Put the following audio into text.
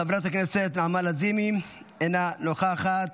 חברת הכנסת נעמה לזימי, אינה נוכחת,